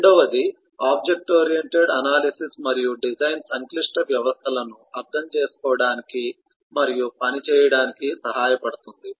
రెండవది object oriented analysis మరియు design సంక్లిష్ట వ్యవస్థలను అర్థం చేసుకోవడానికి మరియు పనిచేయడానికి సహాయపడుతుంది